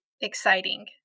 exciting